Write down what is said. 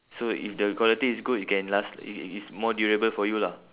so if the quality is good it can last it's it's it's more durable for you lah